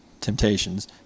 temptations